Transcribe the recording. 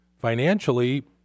Financially